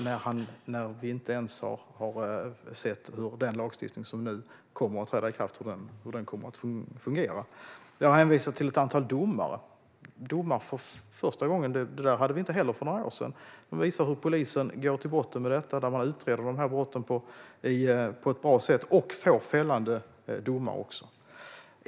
Vi har ju inte ens sett hur den lagstiftning som nu träder i kraft fungerar. För första gången har vi ett antal domar. Det hade vi inte heller för några år sedan. Det visar att polisen går till botten med dessa brott, utreder dem på ett bra sätt och får fällande domar.